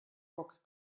rock